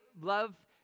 love